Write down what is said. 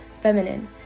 feminine